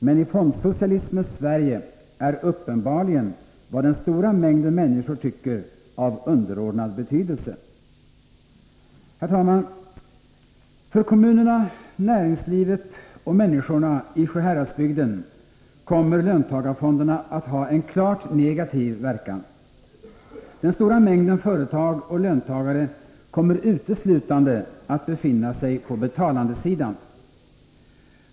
Men i fondsocialismens Sverige är uppenbarligen vad den stora mängden människor tycker av underordnad betydelse. Herr talman! För kommunerna, näringslivet och människorna i Sjuhäradsbygden kommer löntagarfonderna att ha en klart negativ verkan. Den stora mängden företag och löntagare kommer uteslutande att befinna sig på betalandesidan.